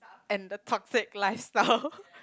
and the toxic lifestyle